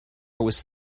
was